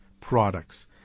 Products